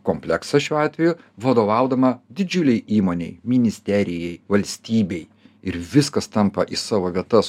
kompleksą šiuo atveju vadovaudama didžiulei įmonei ministerijai valstybei ir viskas tampa į savo vietas